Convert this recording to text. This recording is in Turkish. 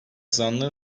zanlı